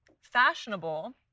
fashionable